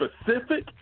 specific